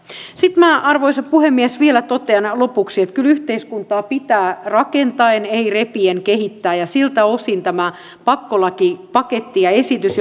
sitten arvoisa puhemies vielä totean lopuksi että kyllä yhteiskuntaa pitää rakentaen ei repien kehittää siltä osin tämä pakkolakipaketti ja esitys